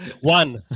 One